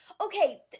okay